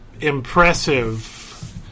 impressive